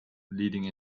leading